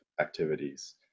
activities